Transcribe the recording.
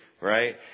right